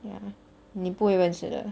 ya 你不会认识的